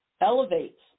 elevates